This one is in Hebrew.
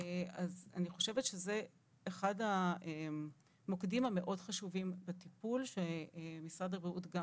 אז אני חושבת שזה אחד המוקדים המאוד חשובים בטיפול שמשרד הבריאות גם,